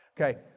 Okay